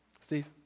Steve